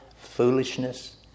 foolishness